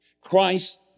Christ